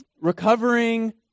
recovering